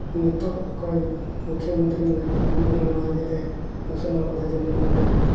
ᱱᱤᱛᱚᱜ ᱚᱠᱚᱭ ᱢᱩᱭᱠᱷᱚᱢᱚᱱᱛᱨᱤ ᱢᱮᱱᱟᱭ ᱠᱟᱫᱮᱭᱟ ᱩᱱᱤ ᱦᱚᱸ ᱱᱚᱣᱟ ᱨᱮᱭᱟᱜ ᱮ ᱜᱷᱳᱥᱚᱱᱟ ᱠᱟᱫᱟᱭ ᱡᱮᱢᱚᱱ ᱱᱚᱰᱮ